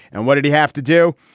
and what did he have to do.